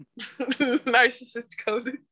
Narcissist-coded